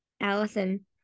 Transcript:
Allison